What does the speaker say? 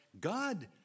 God